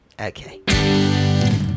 Okay